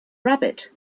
rabbit